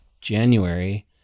January